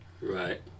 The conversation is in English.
Right